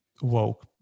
woke